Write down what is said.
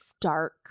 dark